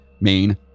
main